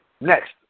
Next